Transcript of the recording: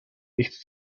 nichts